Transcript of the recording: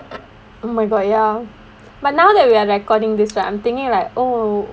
oh my god ya but now that we are recording this or I'm thinking like oh